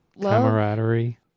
camaraderie